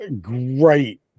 great